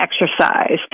exercise